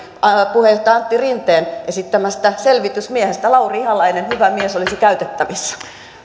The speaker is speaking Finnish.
puheenjohtaja antti rinteen esittämästä selvitysmiehestä lauri ihalainen hyvä mies olisi käytettävissä